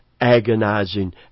agonizing